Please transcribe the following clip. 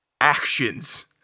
actions